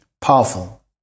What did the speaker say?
powerful